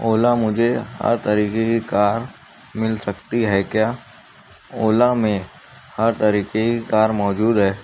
اولا مجھے ہر طریقے کی کار مل سکتی ہے کیا اولا میں ہر طریقے کی کار موجود ہے